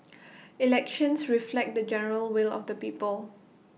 elections reflect the general will of the people